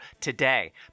today